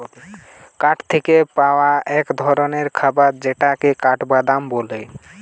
গাছ থিকে পাই এক ধরণের খাবার যেটাকে কাঠবাদাম বলে